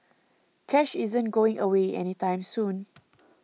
cash isn't going away any time soon